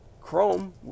Chrome